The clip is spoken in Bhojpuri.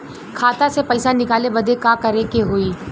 खाता से पैसा निकाले बदे का करे के होई?